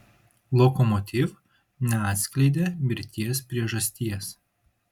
lokomotiv neatskleidė mirties priežasties